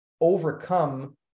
overcome